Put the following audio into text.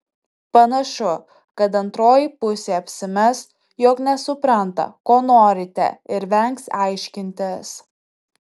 panašu kad antroji pusė apsimes jog nesupranta ko norite ir vengs aiškintis